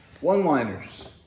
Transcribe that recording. one-liners